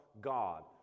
God